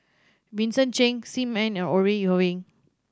Vincent Cheng Sim Ann and Ore Huiying